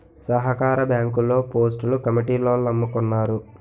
సహకార బ్యాంకుల్లో పోస్టులు కమిటీలోల్లమ్ముకున్నారు